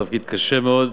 תפקיד קשה מאוד.